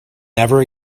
never